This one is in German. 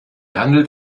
handelt